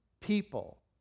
people